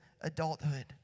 adulthood